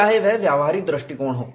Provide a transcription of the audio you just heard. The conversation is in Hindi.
चाहे वह व्यावहारिक दृष्टिकोण हो